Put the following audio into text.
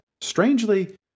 strangely